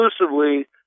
exclusively